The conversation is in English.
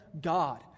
God